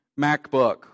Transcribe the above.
MacBook